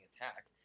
attack